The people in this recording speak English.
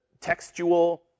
textual